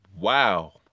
Wow